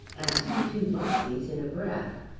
asked the two botseys in a breath.